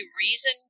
reason